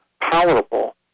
palatable